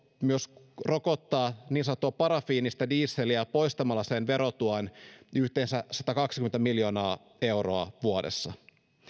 myös rokottaa niin sanottua parafiinistä dieseliä poistamalla sen verotuen yhteensä satakaksikymmentä miljoonaa euroa vuodessa